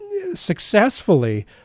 successfully